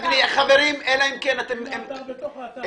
--- בתוך האתר.